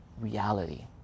reality